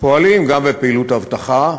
פועלים גם בפעילות אבטחה,